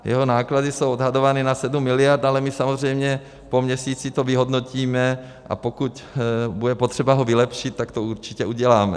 Jeho náklady jsou odhadovány na 7 miliard, ale my to samozřejmě po měsíci vyhodnotíme, a pokud bude potřeba ho vylepšit, tak to určitě uděláme.